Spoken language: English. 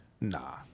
Nah